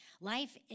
Life